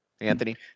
Anthony